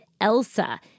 Elsa